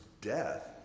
death